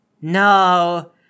No